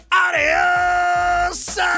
Adios